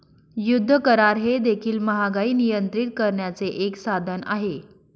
युद्ध करार हे देखील महागाई नियंत्रित करण्याचे एक साधन आहे